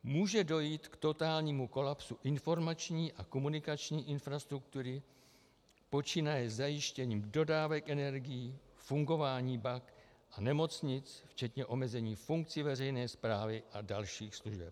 Může dojít k totálnímu kolapsu informační a komunikační infrastruktury počínaje zajištěním dodávek energií, fungování bank a nemocnic, včetně omezení funkcí veřejné správy a dalších služeb.